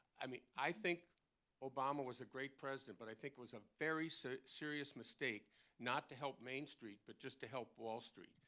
i mean, i think obama was a great president, but i think it was a very so serious mistake not to help main street, but just to help wall street.